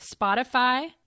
Spotify